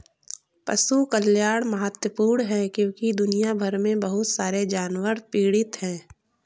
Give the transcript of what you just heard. पशु कल्याण महत्वपूर्ण है क्योंकि दुनिया भर में बहुत सारे जानवर पीड़ित हैं